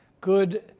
good